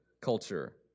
culture